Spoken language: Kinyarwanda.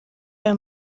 ayo